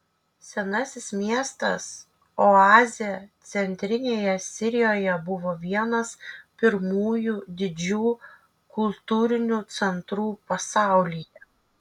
senasis miestas oazė centrinėje sirijoje buvo vienas pirmųjų didžių kultūrinių centrų pasaulyje